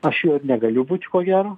aš juo ir negaliu būti kogero